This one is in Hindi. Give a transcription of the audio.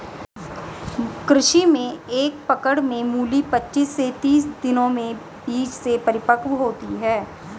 कृषि में एक पकड़ में मूली पचीस से तीस दिनों में बीज से परिपक्व होती है